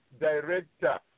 director